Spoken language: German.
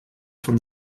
von